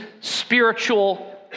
spiritual